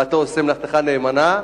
ואתה עושה מלאכתך נאמנה.